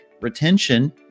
retention